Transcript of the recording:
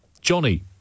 Johnny